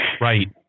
Right